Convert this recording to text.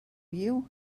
you